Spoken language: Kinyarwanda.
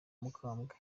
mukambwe